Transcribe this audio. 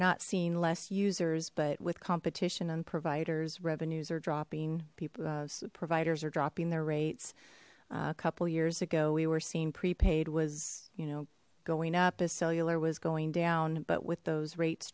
not seeing less users but with competition and providers revenues are dropping people of providers are dropping their rates a couple years ago we were seeing prepaid was you know going up as cellular was going down but with those rates